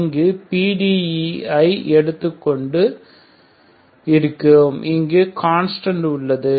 இங்கு PDE ஐ பார்த்துக்கொண்டு இருக்கிறோம் இங்கு கன்ஸ்டன்ட் உள்ளது